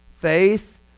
faith